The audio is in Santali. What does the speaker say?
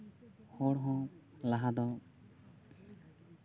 ᱦᱚᱲ ᱦᱚᱸ ᱞᱟᱦᱟᱫᱚ